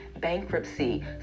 bankruptcy